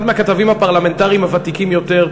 אחד הכתבים הפרלמנטריים הוותיקים יותר,